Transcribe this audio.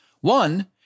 One